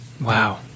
Wow